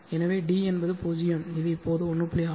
எனவே d என்பது 0 இது இப்போது 1